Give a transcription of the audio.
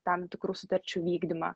tam tikrų sutarčių vykdymą